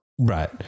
Right